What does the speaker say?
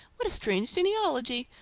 what a strange genealogy!